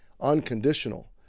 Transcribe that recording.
unconditional